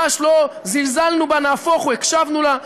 ממש לא זלזלנו בה, נהפוך הוא: הקשבנו לה.